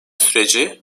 süreci